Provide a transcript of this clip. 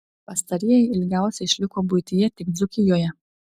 pastarieji ilgiausiai išliko buityje tik dzūkijoje